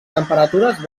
temperatures